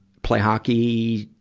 play hockey,